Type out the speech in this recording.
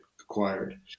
acquired